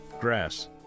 grass